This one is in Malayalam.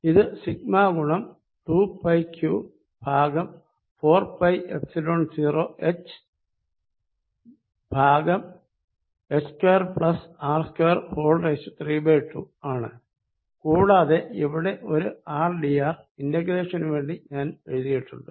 ഇത് σ ഗുണം 2πQ ഭാഗം 4πϵ0 hh2 r232 ആണ് കൂടാതെ ഇവിടെ ഒരു rdr ഇന്റഗ്രേഷന് വേണ്ടി ഞാൻ എഴുതിയിട്ടുണ്ട്